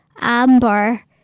Amber